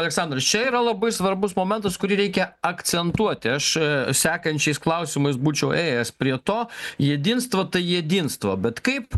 aleksandras čia yra labai svarbus momentas kurį reikia akcentuoti aš sekančiais klausimais būčiau ėjęs prie to jedinstvo tai jedinstvo bet kaip